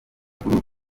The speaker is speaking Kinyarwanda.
gikuru